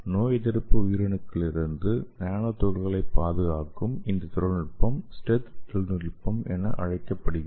நோயெதிர்ப்பு உயிரணுக்களிலிருந்து நானோ துகள்களைப் பாதுகாக்கும் இந்த தொழில்நுட்பம் ஸ்டெல்த் தொழில்நுட்பம் என்று அழைக்கப்படுகிறது